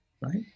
Right